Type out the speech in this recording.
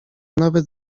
nawet